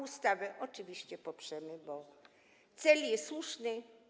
Ustawę oczywiście poprzemy, bo cel jest słuszny.